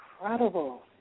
incredible